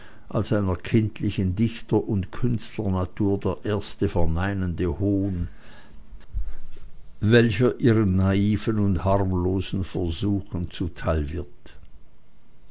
als einer kindlichen dichter oder künstlernatur der erste verneinende hohn welcher ihren naiven und harmlosen versuchen zuteil wird